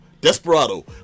Desperado